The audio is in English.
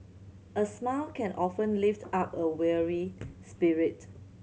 a smile can often lift up a weary spirit